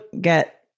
get